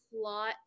plot